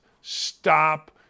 stop